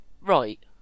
right